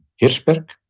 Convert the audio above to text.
hirschberg